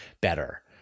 better